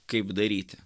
kaip daryti